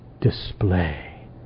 display